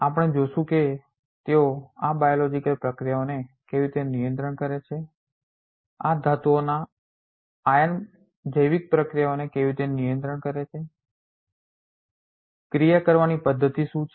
અમે જોશું કે તેઓ આ બાયોલોજીકલ biological જૈવિક પ્રક્રિયાઓને કેવી રીતે નિયંત્રિત કરે છે આ ધાતુના આયન જૈવિક પ્રક્રિયાઓને કેવી રીતે નિયંત્રિત કરે છે ક્રિયા કરવાની પદ્ધતિ શું છે